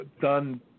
done